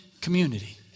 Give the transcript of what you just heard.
community